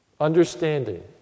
understanding